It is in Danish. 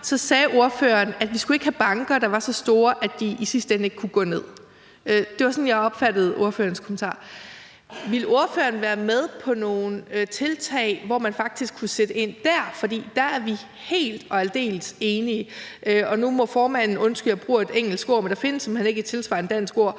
sagde før, at vi ikke skulle have banker, der var så store, at de i sidste ende ikke kunne gå ned. Det var sådan, jeg opfattede ordførerens kommentar. Ville ordføreren være med på nogle tiltag, hvor man faktisk kunne sætte ind der? For der er vi helt og aldeles enige. Og nu må formanden undskylde, jeg bruger et engelsk ord, men der findes simpelt hen ikke et tilsvarende dansk ord.